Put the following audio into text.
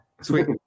Sweet